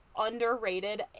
underrated